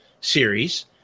series